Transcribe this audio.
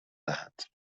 دهند